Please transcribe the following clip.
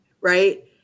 right